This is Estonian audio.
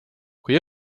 kui